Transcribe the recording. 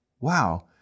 Wow